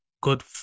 good